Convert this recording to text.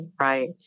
right